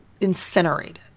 incinerated